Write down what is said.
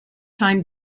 time